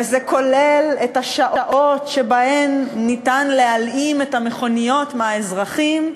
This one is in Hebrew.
וזה כולל את השעות שבהן ניתן להלאים את המכוניות מהאזרחים.